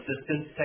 assistance